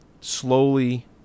slowly